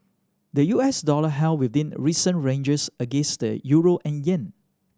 the U S dollar held within recent ranges against the euro and yen